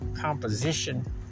composition